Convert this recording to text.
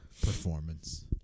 Performance